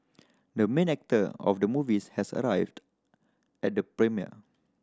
the main actor of the movies has arrived at the premiere